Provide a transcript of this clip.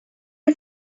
are